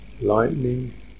lightning